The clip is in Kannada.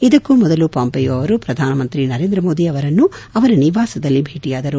ಇದಕ್ಕೂ ಮೊದಲು ಪಾಂಪೆಯೊ ಅವರು ಪ್ರಧಾನಮಂತ್ರಿ ನರೇಂದ್ರ ಮೋದಿ ಅವರನ್ನು ಅವರ ನಿವಾಸದಲ್ಲಿ ಭೇಟಿಯಾದರು